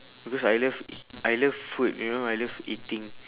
because I love e~ I love food you know I love eating